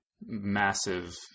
massive